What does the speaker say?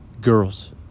girls